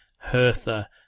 Hertha